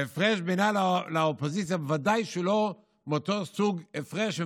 ההפרש בינה לבין האופוזיציה ודאי שהוא לא מאותו סוג הפרש שמבקשים,